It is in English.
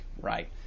right